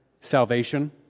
salvation